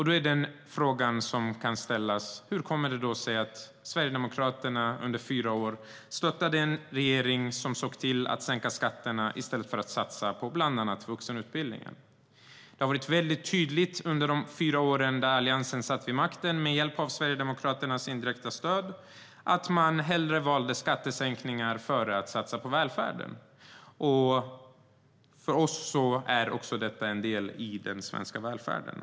Då kan man ställa frågan: Hur kommer det sig då att Sverigedemokraterna under fyra år stöttade en regering som såg till att sänka skatter i stället för att satsa på bland annat vuxenutbildning? Under de fyra år som Alliansen hade makten med hjälp av Sverigedemokraternas indirekta stöd var det väldigt tydligt att man hellre valde skattesänkningar före att satsa på välfärden. För oss är en fungerande vuxenutbildning en del i den svenska välfärden.